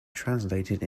translated